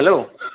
hello